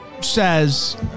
says